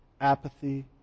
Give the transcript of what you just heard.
apathy